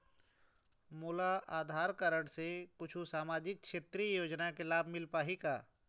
मोला आधार कारड से कुछू सामाजिक क्षेत्रीय योजना के लाभ मिल पाही का?